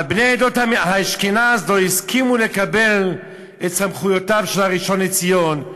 אבל בני עדות אשכנז לא הסכימו לקבל את סמכויותיו של הראשון לציון.